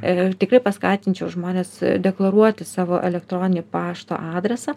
ir tikrai paskatinčiau žmones deklaruoti savo elektroninį pašto adresą